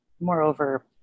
moreover